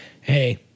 Hey